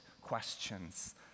questions